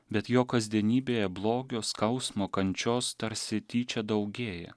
bet jo kasdienybėje blogio skausmo kančios tarsi tyčia daugėja